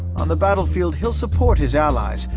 on the battlefield, he'll support his allies,